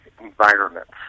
environments